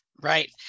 Right